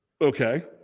Okay